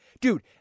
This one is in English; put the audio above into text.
dude